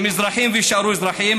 הם אזרחים ויישארו אזרחים.